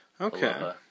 Okay